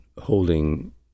holding